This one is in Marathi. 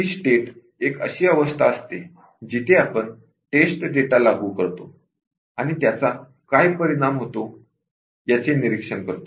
स्टेट एक अशी अवस्था असते जिथे आपण टेस्ट डेटा लागू करतो आणि त्याचा काय परिणाम होतो याचे निरीक्षण करतो